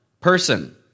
person